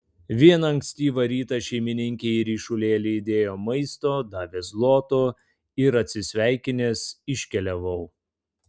vieną ankstyvą rytą šeimininkė į ryšulėlį įdėjo maisto davė zlotų ir atsisveikinęs iškeliavau